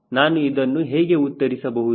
ನಾನು ಇದನ್ನು ಹೇಗೆ ಉತ್ತರಿಸಬಹುದು